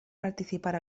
participar